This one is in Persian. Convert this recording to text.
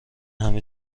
همه